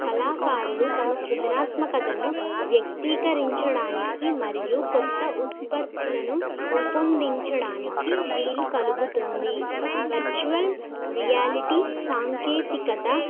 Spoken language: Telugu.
కళాకారులు తమ సృజనాత్మకతను వ్యక్తీకరించడానికి మరియు కొత్త ఉత్పత్తులను రూపొందించడానికి వీలు కలుగుతుంది వర్చువల్ రియాలిటీ సాంకేతికత